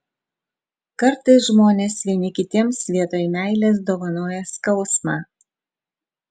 kartais žmonės vieni kitiems vietoj meilės dovanoja skausmą